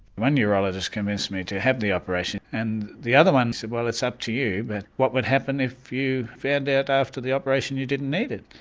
one urologist convinced me to have the operation. and the other one said well it's up to you, but what would happen if you found out after the operation you didn't need it?